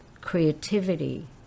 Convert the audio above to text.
creativity